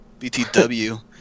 BTW